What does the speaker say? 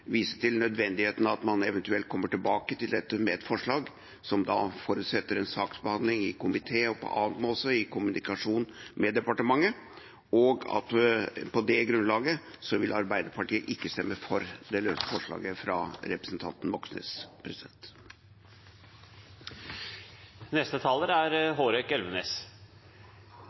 vise til nødvendigheten av at man eventuelt kommer tilbake til dette med et forslag som forutsetter en saksbehandling i komité, og også i kommunikasjon med departementet. På det grunnlaget vil Arbeiderpartiet ikke stemme for det løse forslaget fra representanten Moxnes. Jeg er